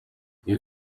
you